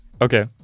Okay